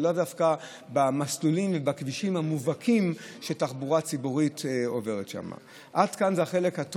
ולאו דווקא במסלולים ובכבישים המובהקים שבהם תחבורה ציבורית עוברת.